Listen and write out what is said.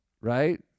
right